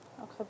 Okay